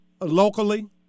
locally